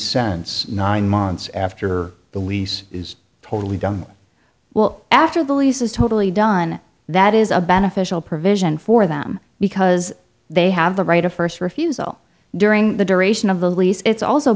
sense nine months after the lease is totally done well after the lease is totally done that is a beneficial provision for them because they have the right of first refusal during the duration of the lease it's also